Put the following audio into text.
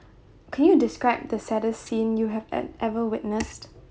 can you describe the saddest scene you have e~ ever witnessed